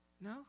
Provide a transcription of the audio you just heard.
No